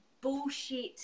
bullshit